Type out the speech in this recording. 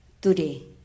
today